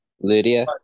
Lydia